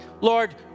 Lord